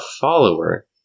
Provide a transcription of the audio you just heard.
follower